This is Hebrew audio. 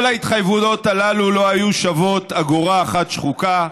כל ההתחייבויות הללו לא היו שוות אגורה אחת שחוקה.